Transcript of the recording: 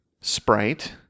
Sprite